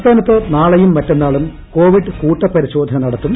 സംസ്ഥാനത്ത് നാട്ട്ളെയും മറ്റന്നാളും ന് കോവിഡ് കൂട്ടപ്പരിശോധന നടത്തും